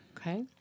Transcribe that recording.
Okay